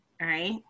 right